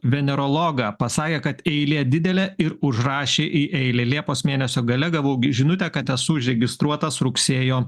venerologą pasakė kad eilė didelė ir užrašė į eilę liepos mėnesio gale gavau žinutę kad esu užregistruotas rugsėjo